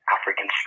African